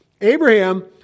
Abraham